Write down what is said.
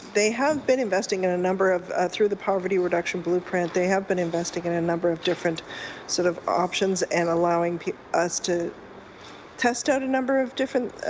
they have been investing in a number of through the poverty reduction blueprint, they have been investing in a number of different sort of options and allowing us to test out a number of different